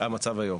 זה המצב היום.